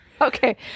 Okay